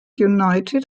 united